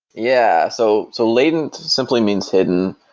yeah. so so latent simply means hidden.